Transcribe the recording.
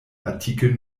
artikel